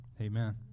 Amen